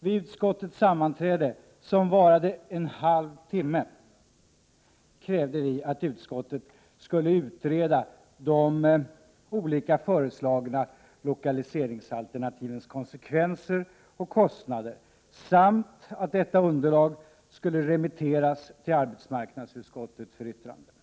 Vid utskottssammanträdet, som varade i en halv timme, krävde vi att utskottet skulle utreda konsekvenserna av och kostnaderna för de olika lokaliseringsalternativ som hade föreslagits samt att detta underlag skulle remitteras till arbetsmarknadsutskottet för yttrande.